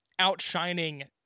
outshining